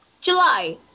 July